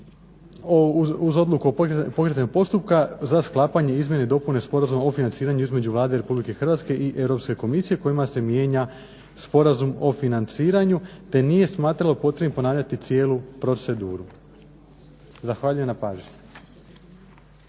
uz Odluku o pokretanju postupka za sklapanje izmjene i dopune Sporazuma o financiranju između Vlade RH i Europske komisije kojima se mijenja Sporazum o financiranju te nije smatralo potrebnim ponavljati cijelu proceduru. Zahvaljujem na pažnji.